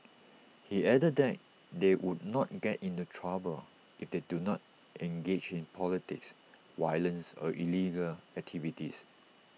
he added that they would not get into trouble if they do not engage in politics violence or illegal activities